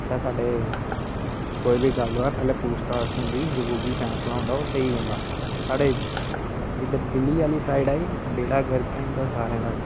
उत्थै साढ़े कोई बी गल्ल होऐ पहले पुच्छ ताश होंदी कोई बी फैसला होंदा ओह् स्हेई होंदा साढ़े इद्धर दिल्ली आहली साइड बेड़ा गर्क ऐ इंदा सारें दा गै